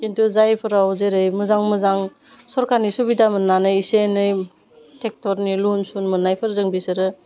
खिन्थु जायफोराव जेरै मोजां मोजां सरकारनि सुबिदा मोन्नानै एसै एनै टेक्टरनि लन सुन मोन्नायफोरजों बिसोरो